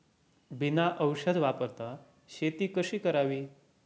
बिना औषध वापरता शेती कशी करावी?